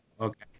Okay